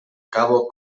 cabo